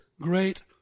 great